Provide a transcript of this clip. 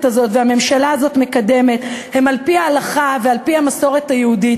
הזאת והממשלה הזאת מקדמות הם על-פי ההלכה ועל-פי המסורת היהודית.